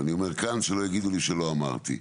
ואני אומר כאן שלא יגידו לי שלא אמרתי,